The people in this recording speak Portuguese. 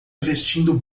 vestindo